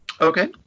Okay